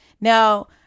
now